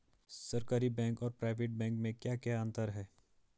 सरकारी बैंक और private bank में क्या क्या अंतर हैं?